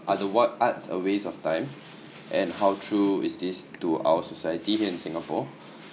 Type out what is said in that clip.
uh the what arts is a waste of time and how true is this to our society here in singapore